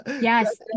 yes